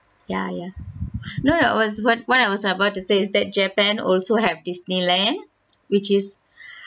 ya ya no no was what what I was about to say is that japan also have disneyland which is